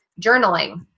journaling